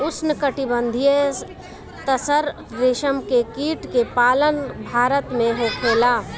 उष्णकटिबंधीय तसर रेशम के कीट के पालन भारत में होखेला